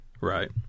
Right